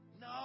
No